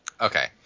Okay